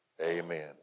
amen